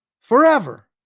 forever